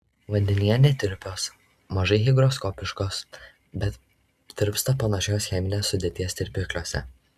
vandenyje netirpios mažai higroskopiškos bet tirpsta panašios cheminės sudėties tirpikliuose